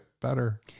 better